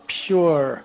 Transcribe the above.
pure